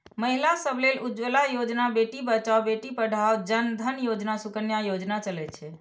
महिला सभ लेल उज्ज्वला योजना, बेटी बचाओ बेटी पढ़ाओ, जन धन योजना, सुकन्या योजना चलै छै